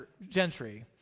Gentry